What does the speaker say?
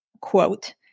quote